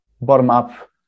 bottom-up